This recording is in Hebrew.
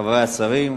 חברי השרים,